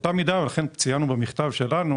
לכן ציינו במכתב שלנו,